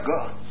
God